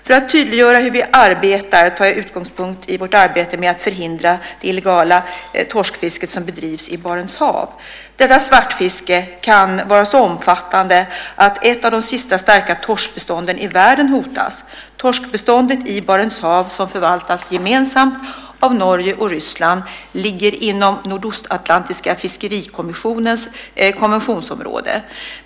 För att tydliggöra hur vi arbetar tar jag utgångspunkt i vårt arbete med att förhindra det illegala torskfiske som bedrivs i Barents hav. Detta svartfiske kan vara så omfattande att ett av de sista starka torskbestånden i världen hotas. Torskbeståndet i Barents hav, som förvaltas gemensamt av Norge och Ryssland, ligger inom Nordostatlantiska fiskerikommissionens konventionsområde.